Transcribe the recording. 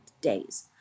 days